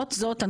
למרות זאת,